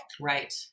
Right